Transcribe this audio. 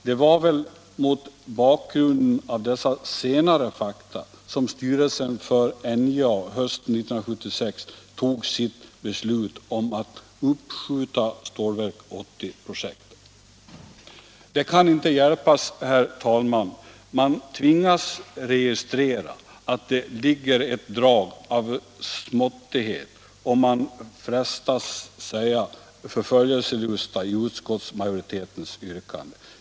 Det var väl mot bakgrunden av dessa senare fakta som styrelsen för NJA hösten 1976 tog sitt beslut om att uppskjuta Stålverk 80-projektet. Det kan inte hjälpas, herr talman, man tvingas registrera att det ligger ett drag av småttighet och man frestas säga förföljelselusta i utskottsmajoritetens yrkande.